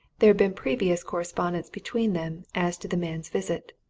there'd been previous correspondence between them as to the man's visit.